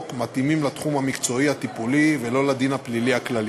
מתאימים לתחום המקצועי הטיפולי ולא לדין הפלילי הכללי.